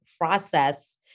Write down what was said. process